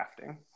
crafting